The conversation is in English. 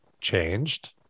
changed